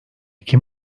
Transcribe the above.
kim